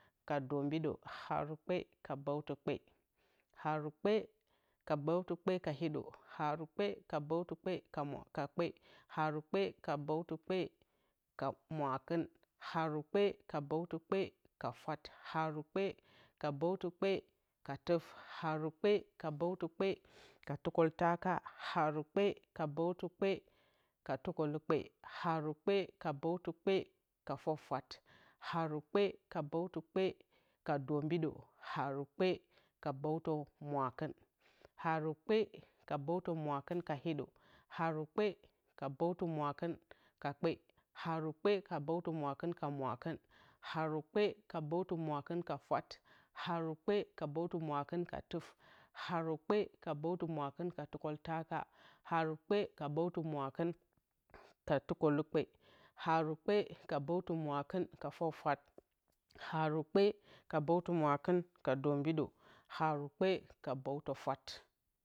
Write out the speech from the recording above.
Ka dombidǝ haru kpe ka bǝwtɨ kpe haru kpe ka bǝwtɨ kpe ka hiɗo haru kpe ka bǝwtɨ kpe ka kpe haru kpe ka bǝwtɨ kpe ka makɨn haru kpe ka bǝwtɨ kpe ka fwat haru kpe ka bǝwtɨ kpe ka tuf haru kpe ka bǝwtɨ kpe ka tukǝltaka haru kpe ka bǝwtɨ kpe ka tukǝlukpe haru kpe ka bǝwtɨ kpe ka fwafwat haru kpe ka bǝwtɨ kpe ka dombidǝ haru kpe ka bǝwtɨ mwakɨn haru kpe ka bǝwtɨ mwakɨn ka hiɗo haru kpe ka bǝwtɨ mwakɨn ka kpe haru kpe ka bǝwtɨ mwakɨn ka mwakɨn haru kpe ka bǝwtɨ mwakɨn ka fwat haru kpe ka bǝwtɨ mwakɨn ka tuf haru kpe ka bǝwtɨ mwakɨn ka tukǝltaka haru kpe ka bǝwtɨ mwakɨn ka tukǝlukpe haru kpe ka bǝwtɨ mwakɨn ka fwafwat haru kpe ka bǝwtɨ mwakɨn ka dombidǝ haru kpe ka bǝwtɨ fwat